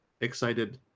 excited